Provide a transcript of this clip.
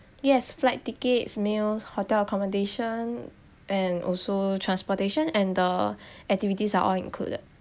yes flight tickets meal hotel accommodation and also transportation and the activities are all included